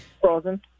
Frozen